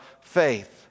faith